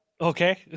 okay